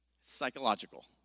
psychological